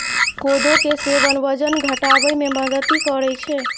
कोदो के सेवन वजन घटाबै मे मदति करै छै